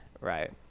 Right